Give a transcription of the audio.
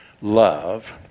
love